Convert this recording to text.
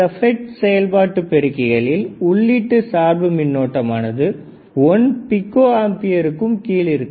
சில FET செயல்பாட்டுப் பெருக்கிகளில் உள்ளீட்டு சார்பு மின்னோட்டம் ஆனது 1 பிகோ ஆம்பியருக்கும் கீழ் இருக்கும்